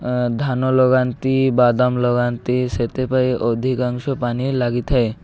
ଧାନ ଲଗାନ୍ତି ବାଦାମ ଲଗାନ୍ତି ସେଥିପାଇଁ ଅଧିକାଂଶ ପାଣି ଲାଗିଥାଏ